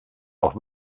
auch